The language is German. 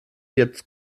jetzt